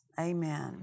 Amen